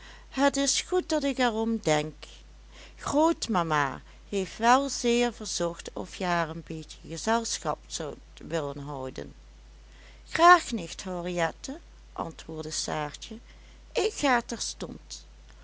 het is goed dat ik er om denk grootmama heeft wel zeer verzocht of je haar een beetje gezelschap zoudt willen houden graag nicht henriette antwoordde saartje ik ga terstond